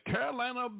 Carolina